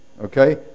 Okay